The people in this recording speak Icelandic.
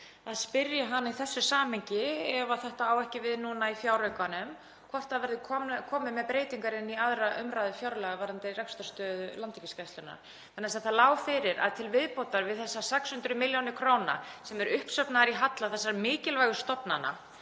að spyrja hana í þessu samhengi, ef þetta á ekki við núna í fjáraukanum, hvort það verði komið með breytingar inn í 2. umræðu fjárlaga varðandi rekstrarstöðu Landhelgisgæslunnar. Það lá fyrir að til viðbótar við þessar 600 millj. kr., sem eru uppsafnaðar í halla þessara mikilvægu stofnana